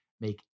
Make